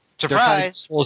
Surprise